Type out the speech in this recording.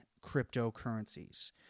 cryptocurrencies